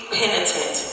penitent